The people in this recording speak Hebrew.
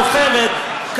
המורחבת,